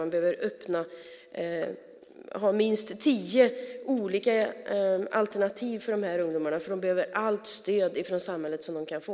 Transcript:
Man behöver ha minst tio olika alternativ för dessa ungdomar, för de behöver allt det stöd från samhället som de kan få.